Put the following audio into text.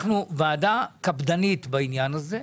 אנחנו ועדה קפדנית בעניין הזה.